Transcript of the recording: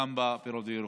וגם בפירות ובירקות.